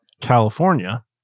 California